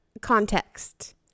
context